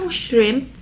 shrimp